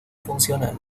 funcional